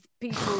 people